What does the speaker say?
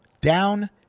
down